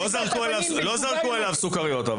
לא זרקו עליו סוכריות.